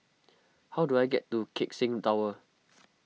how do I get to Keck Seng Tower